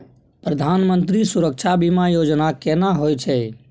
प्रधानमंत्री सुरक्षा बीमा योजना केना होय छै?